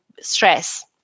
stress